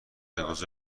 انقضا